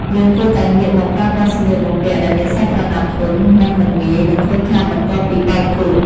យើងគួរតែងាកមកប្រើប្រាស់សម្លៀកបំពាក់ដែលមានសាច់ក្រណាត់ធន់ និងមិនងាយនឹងខូចខាតបន្ទាប់ពីបោកគក់។